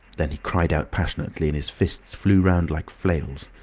then he cried out passionately and his fists flew round like flails.